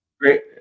Great